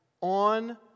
on